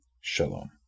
Shalom